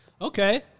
Okay